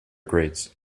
grades